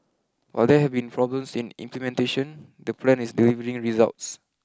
while there have been problems in implementation the plan is delivering results